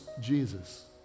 Jesus